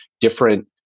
different